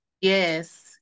Yes